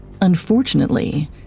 Unfortunately